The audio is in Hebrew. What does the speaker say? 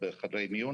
וביניהם: